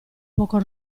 poco